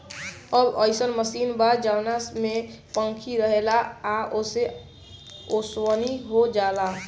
अब अइसन मशीन बा जवना में पंखी रहेला आ ओसे ओसवनी हो जाला